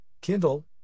Kindle